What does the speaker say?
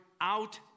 out